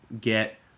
get